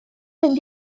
mynd